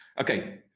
Okay